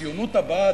הציונות הבאה,